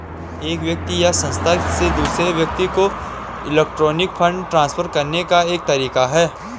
एक व्यक्ति या संस्था से दूसरे व्यक्ति को इलेक्ट्रॉनिक फ़ंड ट्रांसफ़र करने का एक तरीका है